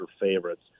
favorites